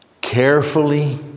carefully